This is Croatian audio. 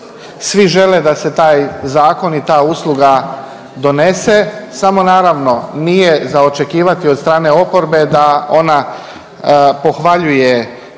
svi žele da se taj zakon i ta usluga donese samo naravno nije za očekivati od strane oporbe da ona pohvaljuje